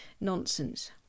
nonsense